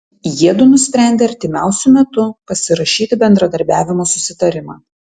jiedu nusprendė artimiausiu metu pasirašyti bendradarbiavimo susitarimą